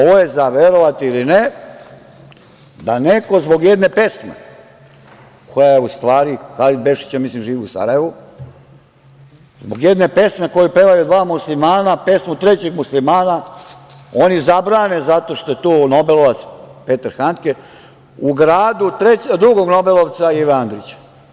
Ovo je za verovati ili ne, da neko zbog jedne pesme koja je u stvari, Halid Bešlić, ja mislim, živi u Sarajevu, zbog jedne pesme koju pevaju dva muslimana, pesmu trećeg muslimana, oni zabrane zato što je tu nobelovac Petar Handke, u gradu drugog nobelovca Ive Andrića.